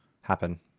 happen